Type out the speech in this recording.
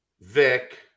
Vic